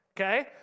okay